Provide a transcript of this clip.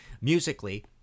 musically